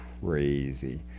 crazy